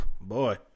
boy